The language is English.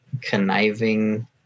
conniving